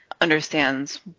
understands